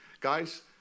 Guys